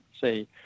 say